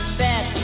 bet